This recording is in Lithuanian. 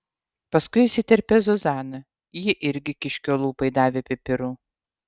paskui įsiterpė zuzana ji irgi kiškio lūpai davė pipirų